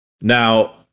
now